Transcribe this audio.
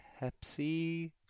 Pepsi